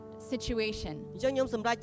situation